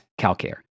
CalCare